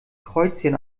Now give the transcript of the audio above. kreuzchen